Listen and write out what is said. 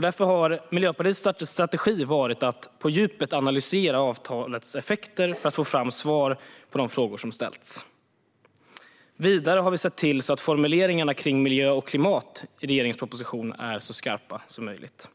Därför har Miljöpartiets strategi varit att på djupet analysera avtalets effekter för att få fram svar på de frågor som ställts. Vidare har vi sett till att formuleringarna i fråga om miljö och klimat i regeringens proposition är så skarpa som möjligt.